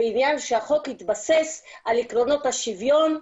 בעניין שהחוק יתבסס על עקרונות השוויון,